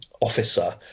officer